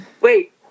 wait